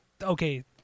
Okay